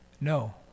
No